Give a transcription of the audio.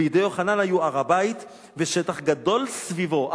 בידי יוחנן היו הר-הבית ושטח גדול סביבו,